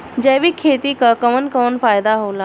जैविक खेती क कवन कवन फायदा होला?